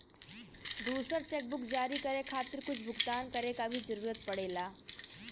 दूसर चेकबुक जारी करे खातिर कुछ भुगतान करे क भी जरुरत पड़ेला